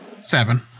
Seven